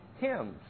hymns